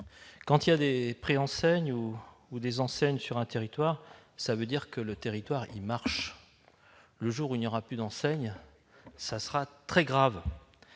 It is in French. Lorsqu'il y a des préenseignes ou des enseignes sur un territoire, cela veut dire que le territoire va bien. Le jour où il n'y en aura plus, ce sera très grave.